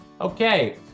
Okay